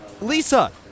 Lisa